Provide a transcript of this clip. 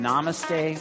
Namaste